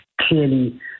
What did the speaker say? Clearly